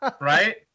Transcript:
right